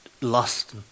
lost